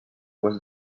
was